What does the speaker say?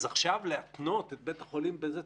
אז עכשיו להתנות את בית החולים בזה?